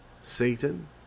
Satan